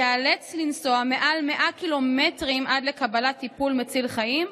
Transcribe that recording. ייאלץ לנסוע יותר מ-100 קילומטרים עד לקבלת טיפול מציל חיים,